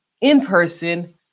in-person